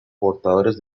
portadores